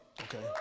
Okay